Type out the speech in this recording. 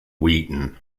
wheaton